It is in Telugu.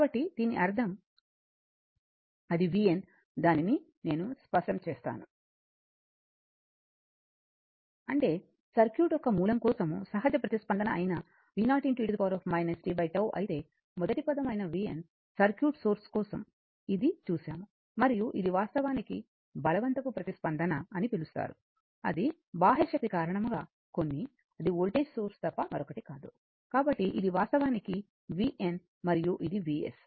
కాబట్టి దీని అర్థం అది vn దానిని స్పష్టం చేస్తాను అంటే సర్క్యూట్ యొక్క మూలం కోసం సహజ ప్రతిస్పందన అయిన v0 e tτ అయితే మొదటి పదం అయిన vnసర్క్యూట్ సోర్స్ కోసం ఇది చూశాము మరియు ఇది వాస్తవానికి బలవంతపు ప్రతిస్పందన అని పిలుస్తారు అది బాహ్య శక్తి కారణంగా కొన్ని అది వోల్టేజ్ సోర్స్ తప్ప మరొకటి కాదు కాబట్టి ఇది వాస్తవానికి vn మరియు ఇది Vs